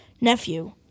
nephew